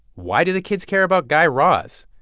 why do the kids care about guy raz?